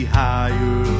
higher